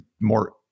more